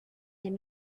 can